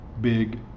big